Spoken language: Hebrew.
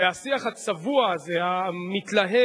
והשיח הצבוע הזה, המתלהם,